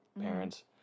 parents